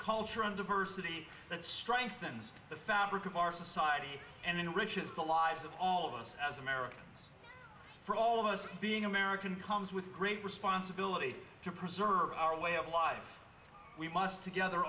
culture and diversity that strengthens the fabric of our society and enriches the lives of all of us as americans for all of us being american comes with great responsibility to preserve our way of life we must together